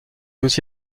aussi